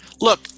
Look